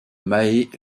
mae